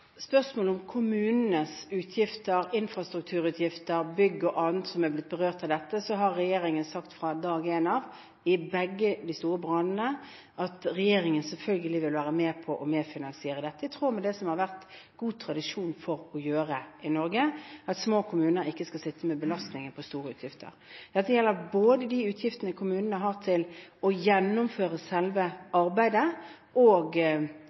spørsmålet om kommunenes utgifter, infrastrukturutgifter, bygg og annet som er blitt berørt av dette, har regjeringen sagt fra dag én at når det gjelder begge de store brannene, vil regjeringen selvfølgelig være med på å medfinansiere dette, i tråd med det som det har vært god tradisjon for å gjøre i Norge: Små kommuner skal ikke sitte med belastningen på store utgifter. Dette gjelder både de utgiftene kommunene har til å gjennomføre selve arbeidet – og